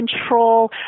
control